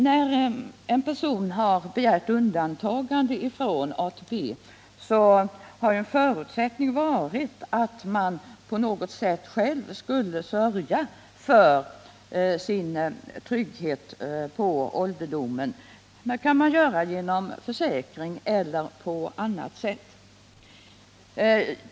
När en person har begärt undantagande från ATP har en förutsättning för detta varit att denne på något sätt själv skulle sörja för sin trygghet på ålderdomen. Detta kan göras genom försäkring eller på annat sätt.